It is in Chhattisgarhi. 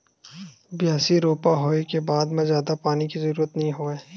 बियासी, रोपा होए के बाद म जादा पानी के जरूरत नइ होवय